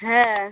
হ্যাঁ